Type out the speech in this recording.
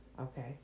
okay